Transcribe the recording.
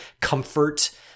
comfort